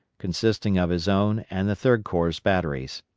consisting of his own and the third corps batteries.